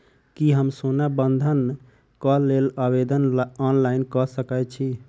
की हम सोना बंधन कऽ लेल आवेदन ऑनलाइन कऽ सकै छी?